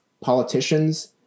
politicians